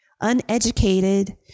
uneducated